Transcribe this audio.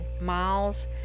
miles